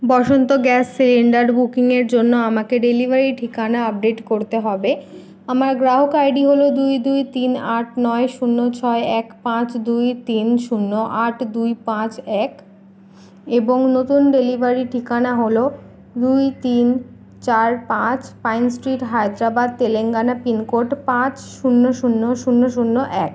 বসন্ত gas cylinder বুকিংয়ের জন্য আমাকে ডেলিভারি ঠিকানা আপডেট করতে হবে আমার গ্রাহক আইডি হলো দুই দুই তিন আট নয় শূন্য ছয় এক পাঁচ দুই তিন শূন্য আট দুই পাঁচ এক এবং নতুন ডেলিভারি ঠিকানা হলো দুই তিন চার পাঁচ Pine Street Hyderabad Telangana PIN code পাঁচ শূন্য শূন্য শূন্য শূন্য এক